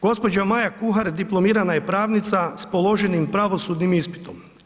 Gđa. Maja Kuhar diplomirana je pravnica sa položenim pravosudnim ispitom.